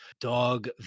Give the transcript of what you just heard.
dog